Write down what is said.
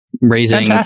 raising